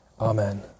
Amen